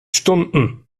stunden